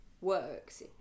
works